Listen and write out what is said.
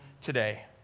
today